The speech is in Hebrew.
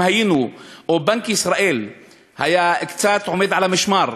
אם בנק ישראל היה קצת עומד על המשמר,